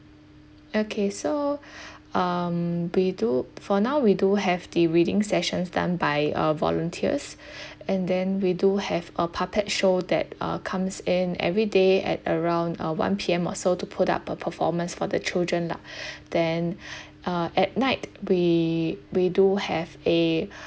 okay so um we do for now we do have the reading sessions done by uh volunteers and then we do have a puppet show that uh comes in every day at around uh one P_M or so to put up a performance for the children lah then uh at night we we do have a